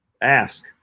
Ask